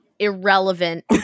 irrelevant